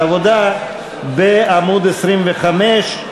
הכנסת, בעד, 46,